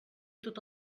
tot